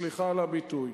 סליחה על הביטוי,